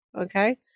Okay